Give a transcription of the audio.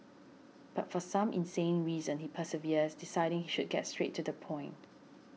but for some insane reason he perseveres deciding he should get straight to the point